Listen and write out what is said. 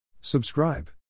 Subscribe